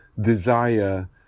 desire